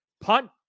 Punt